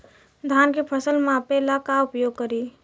धान के फ़सल मापे ला का उपयोग करी?